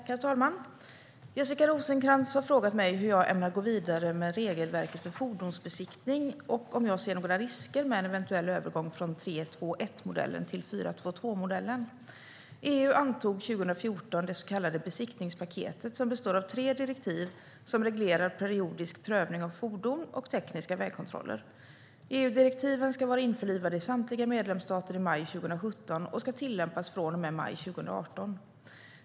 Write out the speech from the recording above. Herr talman! Jessica Rosencrantz har frågat mig hur jag ämnar gå vidare med regelverket för fordonsbesiktning och om jag ser några risker med en eventuell övergång från 3-2-1-modellen till 4-2-2-modellen. EU antog 2014 det så kallade besiktningspaketet som består av tre direktiv som reglerar periodisk provning av fordon och tekniska vägkontroller. EU-direktiven ska vara införlivade i samtliga medlemsstater i maj 2017 och ska tillämpas från och med maj 2018.